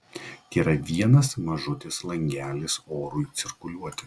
tėra vienas mažutis langelis orui cirkuliuoti